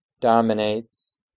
dominates